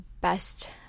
best